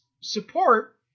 support